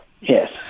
Yes